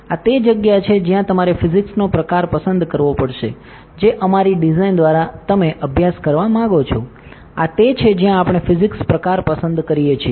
આ તે જગ્યા છે જ્યાં તમારે ફિઝિક્સનો પ્રકાર પસંદ કરવો પડસે જે અમારી ડિઝાઇન દ્વારા તમે અભ્યાસ કરવા માંગો છો આ તે છે જ્યાં આપણે ફિઝિક્સ પ્રકાર પસંદ કરીએ છીએ